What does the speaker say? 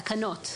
תקנות.